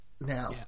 now